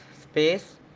space